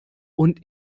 und